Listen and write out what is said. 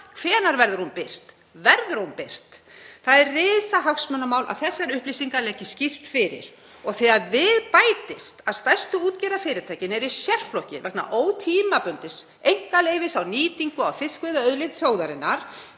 Hvenær verður hún birt? Verður hún birt? Það er risastórt hagsmunamál að þessar upplýsingar liggi skýrt fyrir. Og þegar við bætist að stærstu útgerðarfyrirtækin eru í sérflokki vegna ótímabundins einkaleyfis á nýtingu á fiskveiðiauðlind þjóðarinnar